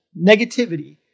negativity